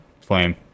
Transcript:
flame